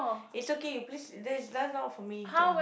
it's okay you please that's that's not for me to a~